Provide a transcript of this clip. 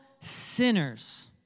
sinners